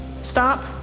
stop